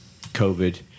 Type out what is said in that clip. COVID